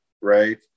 right